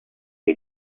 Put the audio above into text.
che